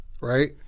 Right